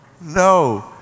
no